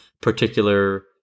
particular